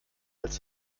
als